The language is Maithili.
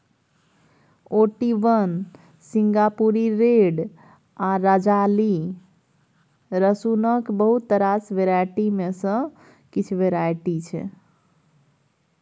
ओटी वन, सिंगापुरी रेड आ राजाली रसुनक बहुत रास वेराइटी मे सँ किछ वेराइटी छै